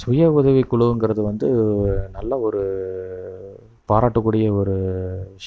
சுயஉதவி குழுங்கிறது வந்து ஒரு நல்ல ஒரு பாராட்டக்கூடிய ஒரு விஷயம் தாங்க